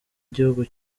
igihugu